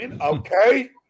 Okay